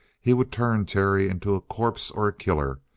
he would turn terry into a corpse or a killer,